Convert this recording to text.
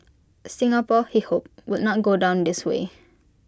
Singapore he hoped would not go down this way